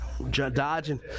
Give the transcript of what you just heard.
dodging